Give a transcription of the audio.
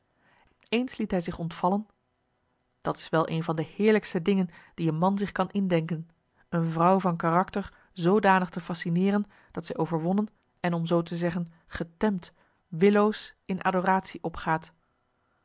eens liet hij zich ontvallen dat is wel een van de heerlijkste dingen die een man zich kan indenken een vrouw van karakter zoodanig te fascineeren dat zij overwonnen en om zoo te zeggen getemd willoos in adoratie opgaat